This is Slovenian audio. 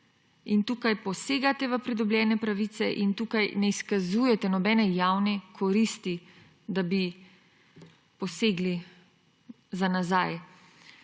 Tukaj posegate v pridobljene pravice in tukaj ne izkazujete nobene javne koristi, da bi posegli za nazaj.